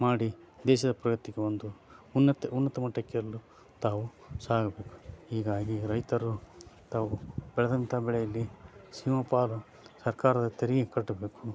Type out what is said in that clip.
ಮಾಡಿ ದೇಶದ ಪ್ರಗತಿಗೆ ಒಂದು ಉನ್ನತ ಉನ್ನತ ಮಟ್ಟಕ್ಕೇರಲು ತಾವು ಸಹಾಯ ಆಗಬೇಕು ಹೀಗಾಗಿ ರೈತರು ತಾವು ಬೆಳೆದಂಥ ಬೆಳೆಯಲ್ಲಿ ಸಿಂಹ ಪಾಲು ಸರ್ಕಾರದ ತೆರಿಗೆಗೆ ಕಟ್ಟಬೇಕು